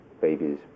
babies